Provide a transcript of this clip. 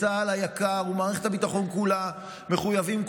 צה"ל היקר ומערכת הביטחון כולה מחויבים,